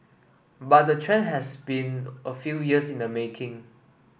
but the trend has been a few years in the making